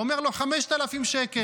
והוא אומר לו: 5,000 שקל.